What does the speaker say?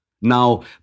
Now